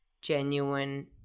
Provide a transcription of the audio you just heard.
genuine